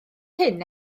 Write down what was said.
hyn